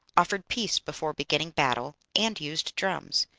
offered peace before beginning battle, and used drums.